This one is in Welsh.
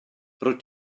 rwyt